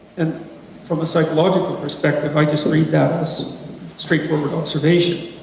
and from a psychological perspective, i just read that as a straightforward observation,